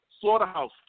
Slaughterhouse